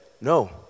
no